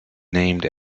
named